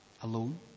alone